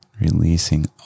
Releasing